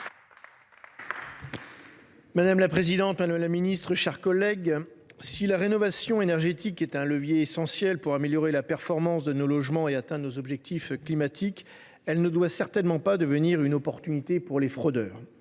Madame la présidente, madame la ministre, mes chers collègues, si la rénovation énergétique est un levier essentiel pour améliorer la performance de nos logements et atteindre nos objectifs climatiques, elle ne doit certainement pas devenir une opportunité pour les fraudeurs.